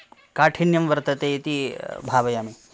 काठिण्यं वर्तते इति भावयामि